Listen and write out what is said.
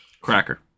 Cracker